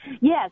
Yes